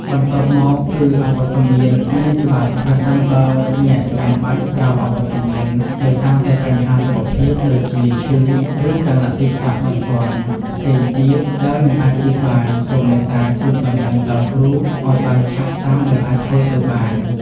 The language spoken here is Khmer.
បន្ទាប់មកគឺ អវត្តមានមានច្បាប់ ប្រសិនបើអ្នកចាំបាច់ត្រូវអវត្តមានដោយសារតែបញ្ហាសុខភាព ដូចជា ឈឺ ឬកាលៈទេសៈបន្ទាន់ផ្សេងទៀតដែលមិនអាចជៀសបាន សូមមេត្តា ជូនដំណឹងដល់គ្រូ ឱ្យបានឆាប់តាមដែលអាចធ្វើទៅបាន។